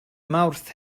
mawrth